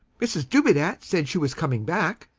mrs. dubedat said she was coming back.